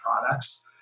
products